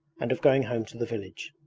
and of going home to the village.